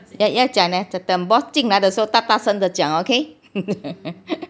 要讲等 boss 进来的时候大大声的讲 okay